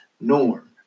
norm